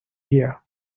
here